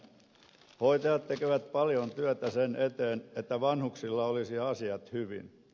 hoitajat tekevät paljon työtä sen eteen että vanhuksilla olisi asiat hyvin